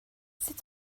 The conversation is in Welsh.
sut